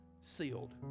sealed